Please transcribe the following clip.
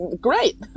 great